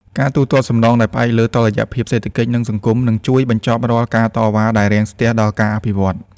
ការទូទាត់សំណងដែលផ្អែកលើតុល្យភាពសេដ្ឋកិច្ច និងសង្គម នឹងជួយបញ្ចប់រាល់ការតវ៉ាដែលរាំងស្ទះដល់ការអភិវឌ្ឍ។